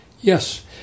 yes